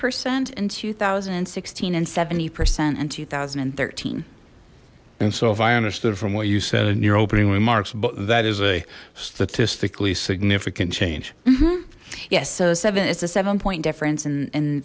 percent in two thousand and sixteen and seventy percent in two thousand and thirteen and so if i understood from what you said in your opening remarks but that is a statistically significant change mm hmm yes so seven it's a seven point difference and and